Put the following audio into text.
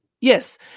Yes